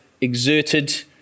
exerted